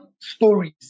stories